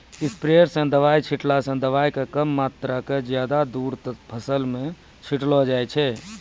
sprayer स दवाय छींटला स दवाय के कम मात्रा क ज्यादा दूर तक फसल मॅ छिटलो जाय छै